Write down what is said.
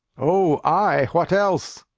o, ay what else?